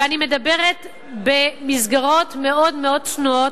ואני מדברת במסגרות מאוד מאוד צנועות,